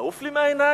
תעוף לי מהעיניים.